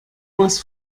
was